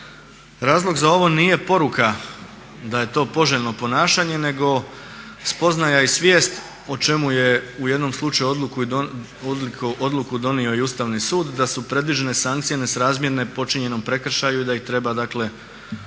Razlog za ovo nije poruka da je to poželjno ponašanje nego spoznaja i svijest o čemu je u jednom slučaju odliku i donio i Ustavni sud da su predviđene sankcije nesrazmjerne počinjenom prekršaju i da ih treba dakle unormaliti